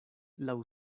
laŭ